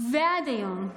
ועד היום,